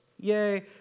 Yay